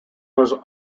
was